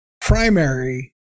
primary